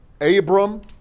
Abram